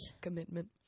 Commitment